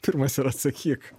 pirmas ir atsakyk